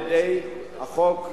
על-ידי חוק הכנסת.